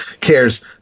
cares